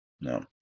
No